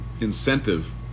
incentive